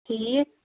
ٹھیٖک